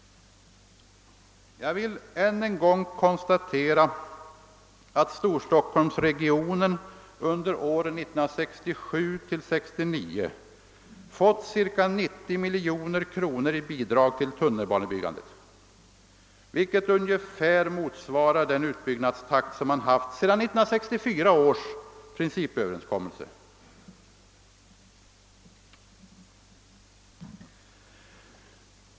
Jag vill ännu en gång konstatera att Stockholmsregionen under åren 1967— 1969 fått ca 90 miljoner kronor i bidrag till tunnelbanebyggandet, vilket motsvarar ungefär den utbyggnadstakt som man haft sedan 1964 års principöverenskommelse.